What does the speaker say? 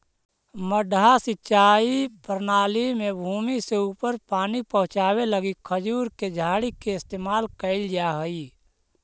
मड्डा सिंचाई प्रणाली में भूमि से ऊपर पानी पहुँचावे लगी खजूर के झाड़ी के इस्तेमाल कैल जा हइ